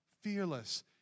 fearless